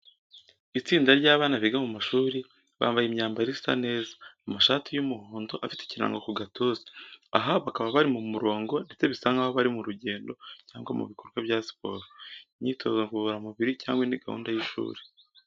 Itsinda ry’abana biga mu mashuri, bambaye imyambaro isa neza, amashati y’umuhondo afite ikirango ku gatuza. Aha bakaba bari mu murongo ndetse bisa nkaho bari mu rugendo cyangwa mu bikorwa bya siporo, imyitozo ngororamubiri cyangwa indi gahunda y’ishuri.